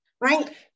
right